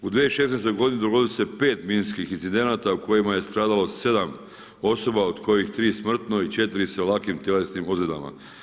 U 2016. godini dogodilo se 5 minskih incidenata u kojima je stradalo 7 osoba od kojih 3 smrtno i 4 sa lakim tjelesnim ozljedama.